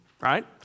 right